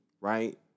right